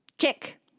Check